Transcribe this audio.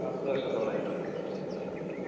നാല്പത് വർഷത്തോളമായി okay okay